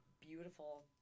beautiful